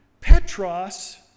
Petros